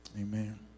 Amen